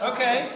Okay